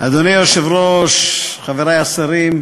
אדוני היושב-ראש, חברי השרים,